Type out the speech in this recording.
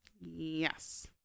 Yes